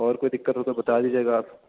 اور کوئی دقت ہو تو بتا دیجئے گا آپ